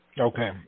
Okay